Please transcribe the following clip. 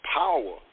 power